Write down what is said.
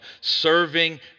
serving